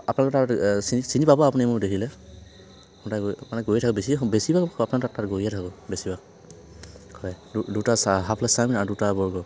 আপোনালোকৰ তাত চিনি চিনি পাব আপুনি মোক দেখিলে সদায় গৈ মানে গৈ থাকো বেছি বেছিভাগ আপোনালোকৰ তাত গৈয়ে থাকো বেছিভাগ হয় দুটা চাহ হাফ প্লে'ট চাওমিন আৰু দুটা বাৰ্গাৰ